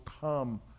come